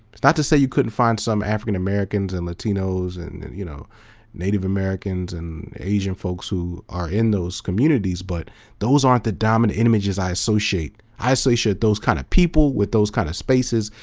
it's not to say you couldn't find some african-americans and latinos and and you know native americans and asian folks who are in those communities, but those aren't the dominant images i associate i associate those kind of people with those kind of spaces,